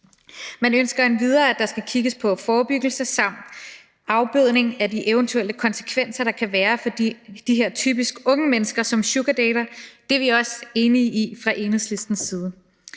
man ønsker endvidere, at der skal kigges på forebyggelse samt afbødning af de eventuelle konsekvenser, der kan være for de her typisk unge mennesker, som sugardater. Det er vi også enige i fra Enhedslistens side.